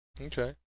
Okay